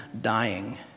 dying